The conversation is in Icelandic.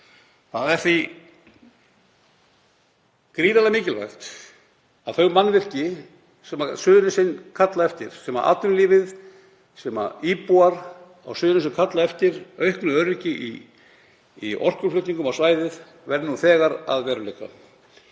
Það er því gríðarlega mikilvægt að þau mannvirki sem Suðurnesin kalla eftir, sem atvinnulífið og sem íbúar á Suðurnesjum kalla eftir, og auka öryggi í orkuflutningum á svæðið verði nú þegar að veruleika.